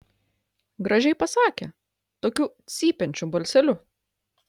gražiai pasakė tokiu cypiančiu balseliu